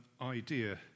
idea